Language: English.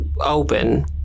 open